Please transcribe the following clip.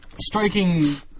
striking